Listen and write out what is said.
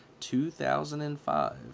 2005